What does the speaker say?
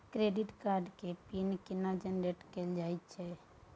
Credit card के pin केना generate कैल जाए छै?